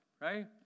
right